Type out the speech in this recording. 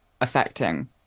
affecting